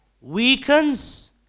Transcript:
weakens